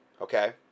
Okay